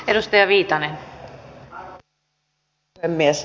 arvoisa rouva puhemies